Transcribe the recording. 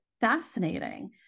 fascinating